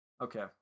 Okay